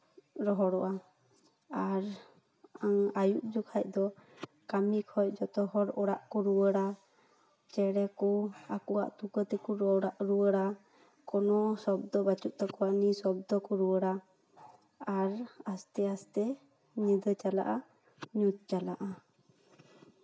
ᱨᱚᱦᱚᱲᱚᱜᱼᱟ ᱟᱨ ᱟᱹᱭᱩᱵᱽ ᱡᱚᱠᱷᱚᱡ ᱫᱚ ᱠᱟᱹᱢᱤ ᱠᱷᱚᱡ ᱡᱚᱛᱚ ᱦᱚᱲ ᱚᱲᱟᱜ ᱠᱚ ᱨᱩᱣᱟᱹᱲᱟ ᱪᱮᱬᱮ ᱠᱚ ᱟᱠᱚᱣᱟᱜ ᱛᱩᱠᱟᱹ ᱛᱮᱠᱚ ᱨᱩᱣᱟᱹᱲᱟ ᱠᱳᱱᱳ ᱥᱚᱵᱫᱚ ᱵᱟᱹᱪᱩᱜ ᱛᱟᱠᱚᱣᱟ ᱱᱤ ᱥᱚᱵᱫᱚ ᱠᱚ ᱨᱩᱣᱟᱹᱲᱟ ᱟᱨ ᱟᱥᱛᱮ ᱟᱥᱛᱮ ᱧᱤᱫᱟᱹ ᱪᱟᱞᱟᱜᱼᱟ ᱧᱩᱛ ᱪᱟᱞᱟᱜᱼᱟ